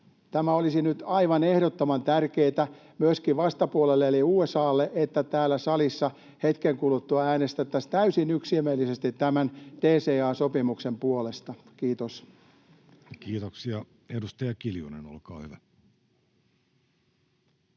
Olisi nyt aivan ehdottoman tärkeätä myöskin vastapuolelle eli USA:lle, että täällä salissa hetken kuluttua äänestettäisiin täysin yksimielisesti tämän DCA-sopimuksen puolesta. — Kiitos. Kiitoksia. — Edustaja Kiljunen, olkaa hyvä.